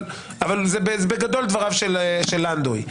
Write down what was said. אבל זה בגדול דבריו של לנדוי.